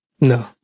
No